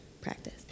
practice